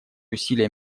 усилия